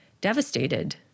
devastated